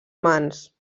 mans